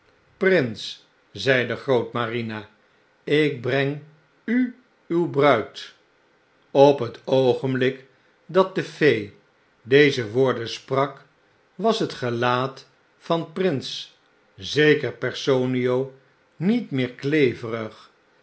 prins zei grootmarina ik breng u uw bruid op het oogenblik dat de fee deze woorden sprak was het gelaat van prins zekerpersonio niet meer kleverig